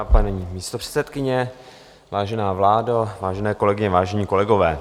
Vážená paní místopředsedkyně, vážená vládo, vážené kolegyně, vážení kolegové.